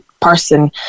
person